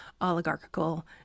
oligarchical